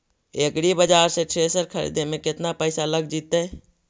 एग्रिबाजार से थ्रेसर खरिदे में केतना पैसा लग जितै?